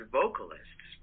vocalists